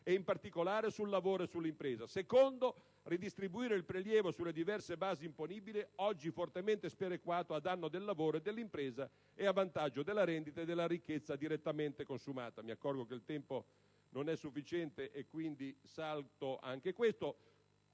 e in particolare sul lavoro e sull'impresa; ridistribuire il prelievo sulle diverse basi imponibili, oggi fortemente sperequato a danno del lavoro e dell'impresa e a vantaggio della rendita e della ricchezza direttamente consumata. Mi accorgo che il tempo non è sufficiente, signor Presidente,